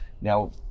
now